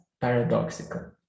paradoxical